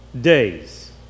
days